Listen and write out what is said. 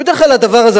ובדרך כלל הדבר הזה,